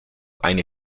eine